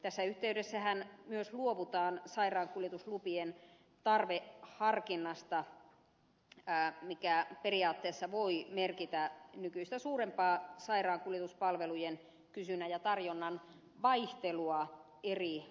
tässä yh teydessähän myös luovutaan sairaankuljetuslupien tarveharkinnasta mikä periaatteessa voi merkitä nykyistä suurempaa sairaankuljetuspalvelujen kysynnän ja tarjonnan vaihtelua eri alueilla